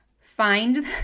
find